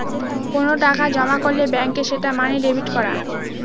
কোনো টাকা জমা করলে ব্যাঙ্কে সেটা মানে ডেবিট করা